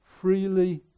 freely